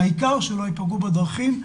העיקר שלא ייפגעו בדרכים.